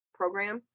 program